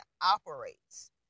operates